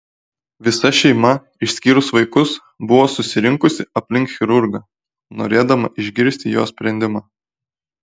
visa šeima išskyrus vaikus buvo susirinkusi aplink chirurgą norėdama išgirsti jo sprendimą